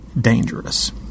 dangerous